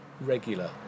regular